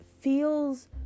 feels